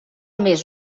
més